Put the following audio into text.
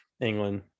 England